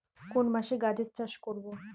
কোন মাসে গাজর চাষ করব?